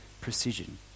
precision